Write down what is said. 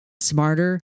smarter